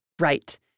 Right